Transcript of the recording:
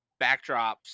backdrops